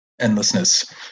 Endlessness